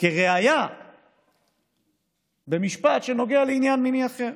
כראיה במשפט שנוגע לעניין מיני אחר.